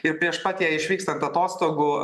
ir prieš pat jai išvykstant atostogų